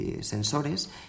sensores